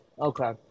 okay